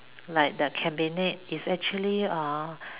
like the cabinet is actually uh